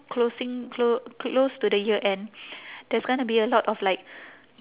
closing clo~ close to the year end there's gonna be a lot of like